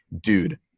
Dude